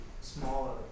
smaller